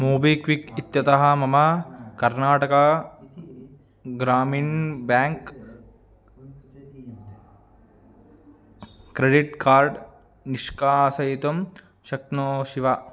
MobiKwik इत्यतः मम Karnataka Gramin bank credit card निष्कासयितुं शक्नोषि वा